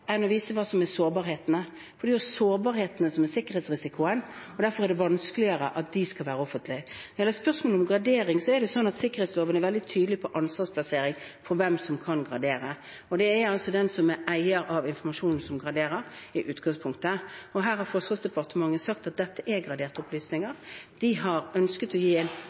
og hva som er sikret, enn å vise hva som er sårbarhetene. Det er sårbarhetene som er sikkerhetsrisikoen. Derfor er det vanskeligere at de skal være offentlige. Når det gjelder spørsmålet om gradering, er det slik at sikkerhetsloven er veldig tydelig på ansvarsplassering – på hvem som kan gradere. Det er den som er eier av informasjonen, som graderer, i utgangspunktet. Her har Forsvarsdepartementet sagt at dette er graderte opplysninger. De har ønsket å gi